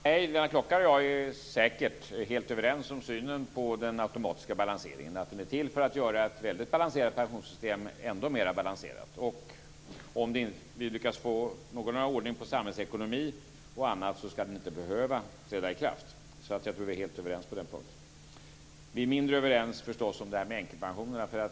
Fru talman! Lennart Klockare och jag är säkert helt överens om synen på den automatiska balanseringen. Den är till för att göra ett väldigt balanserat pensionssystem ännu mer balanserat. Om vi lyckas få någorlunda ordning på samhällsekonomin och annat ska den inte behöva träda i kraft, så jag tror att vi är helt överens på den punkten. Vi är förstås mindre överens om det här med änkepensionerna.